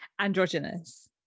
androgynous